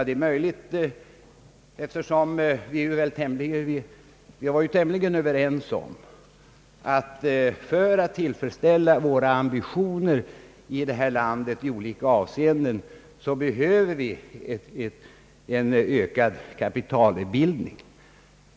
Det är möjligt, eftersom vi ju är tämligen överens om att vi behöver en ökad kapitalbildning i det här landet för att tillfredsställa våra ambitioner i olika avseenden.